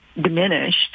diminished